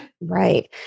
Right